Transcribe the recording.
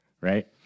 Right